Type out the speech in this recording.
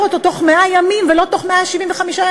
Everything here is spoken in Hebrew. אותו בתוך 100 ימים ולא בתוך 175 ימים?